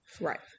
Right